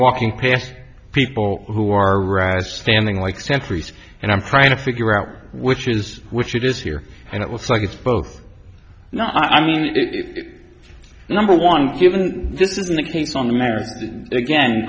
walking past people who are arise standing like sentries and i'm trying to figure out which is which it is here and it looks like it's both not i mean it number one given this isn't the case on the merits again